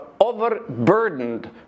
overburdened